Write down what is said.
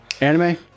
anime